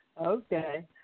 Okay